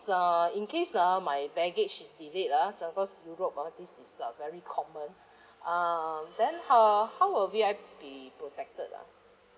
uh in case ah my baggage is delayed ah this one cause europe ah this is a very common um then uh how will we I be protected ah